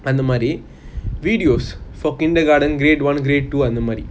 அந்த மாறி:antha maari videos for kindergarten grade one grade two அந்த மாறி:antha maari